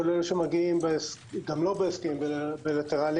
כולל אלה שמגיעים גם לא בהסכמים בילטרליים,